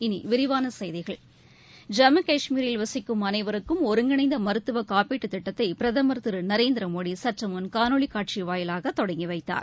இனி விரிவான செய்திகள் ஜம்மு கஷ்மீரில் வசிக்கும் அனைவருக்கும் ஒருங்கிணைந்த மருத்துவ காப்பீட்டு திட்டத்தை பிரதம் திரு நரேந்திரமோடி சற்று முன் காணொலி காட்சி வாயிலாக தொடங்கி வைத்தார்